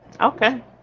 Okay